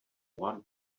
one